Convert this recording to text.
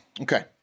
Okay